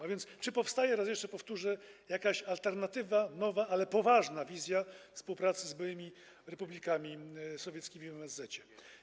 A więc czy powstaje, raz jeszcze powtórzę, jakaś alternatywa, nowa, ale poważna wizja współpracy z byłymi republikami sowieckimi w MSZ-ecie?